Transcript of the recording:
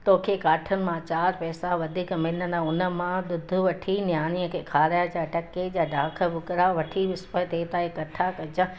तोखे काठियुनि मां चार पैसा वधीक मिलंदा उन मां ॾुधु वठी नियाणीअ खे खाराइजांइ टके जा डाख भुॻिड़ा वठी विस्पति देविता जी कथा कजांइ